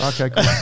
Okay